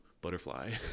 butterfly